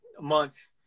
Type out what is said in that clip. months